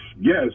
yes